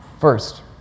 First